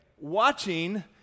watching